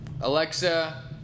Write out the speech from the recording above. Alexa